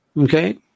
okay